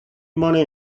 money